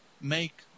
make